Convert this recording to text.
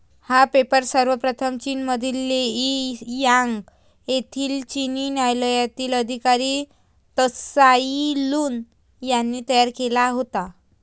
हा पेपर सर्वप्रथम चीनमधील लेई यांग येथील चिनी न्यायालयातील अधिकारी त्साई लुन यांनी तयार केला होता